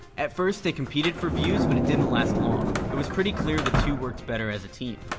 at first, they competed for views but it didn't last long. it was pretty clear the two worked better as a team.